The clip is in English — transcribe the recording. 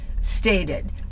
stated